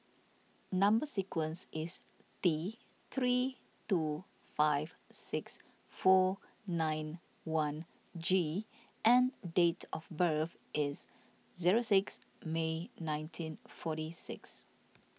Number Sequence is T three two five six four nine one G and date of birth is zero six May nineteen forty six